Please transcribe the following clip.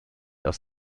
aus